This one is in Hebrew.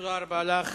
תודה רבה לך.